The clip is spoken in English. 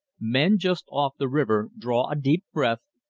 men just off the river draw a deep breath,